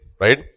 right